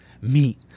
Meat